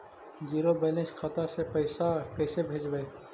Zero balance खाता से पैसा कैसे भेजबइ?